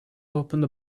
opened